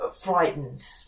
frightened